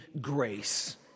grace